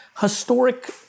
historic